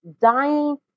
dying